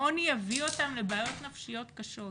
העוני יביא אותם לבעיות נפשיות קשות